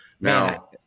Now